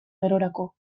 gerorako